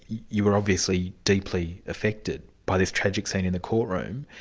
you were obviously deeply affected by this tragic scene in the court room.